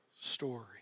story